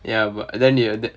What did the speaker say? ya but then you have that